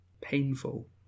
painful